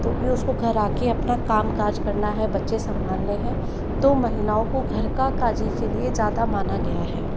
तो भी उसको घर आ कर अपना काम काज़ करना है बच्चे सम्भालने हैं तो महिलाओं को घर का काज के लिए ज़्यादा माना गया है